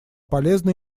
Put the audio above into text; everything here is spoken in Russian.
полезна